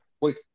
Wait